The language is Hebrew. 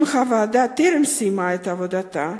אם הוועדה טרם סיימה את עבודתה,